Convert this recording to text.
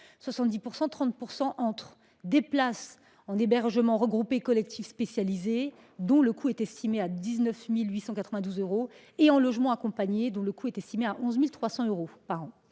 de 30 %, entre des places en hébergement regroupé collectif spécialisé, dont le coût est estimé à 19 892 euros par an, et en logement accompagné, dont le coût est estimé à 11 300 euros par an.